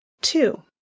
Two